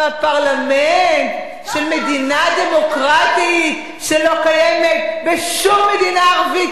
בפרלמנט של מדינה דמוקרטית שלא קיימת בשום מדינה ערבית,